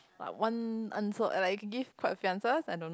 one answer like you can give quite a few answers I don't know